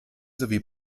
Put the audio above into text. sowie